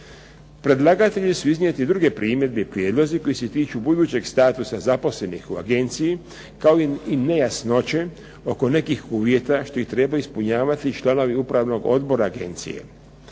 Predlagatelji su iznijeti druge primjedbe i prijedlozi koji se tiču budućeg statusa zaposlenih u agenciji kao i nejasnoće oko nekih uvjeta što ih trebaju ispunjavati članovi upravnog odbora agencije.